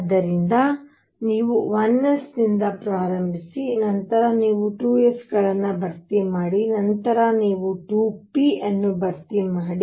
ಆದ್ದರಿಂದ ನೀವು 1s ನಿಂದ ಪ್ರಾರಂಭಿಸಿ ನಂತರ ನೀವು 2s ಗಳನ್ನು ಭರ್ತಿ ಮಾಡಿ ನಂತರ ನೀವು 2p ಅನ್ನು ಭರ್ತಿ ಮಾಡಿ